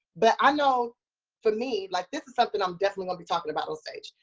but i know for me, like, this is something i'm definitely gonna be talking about on stage.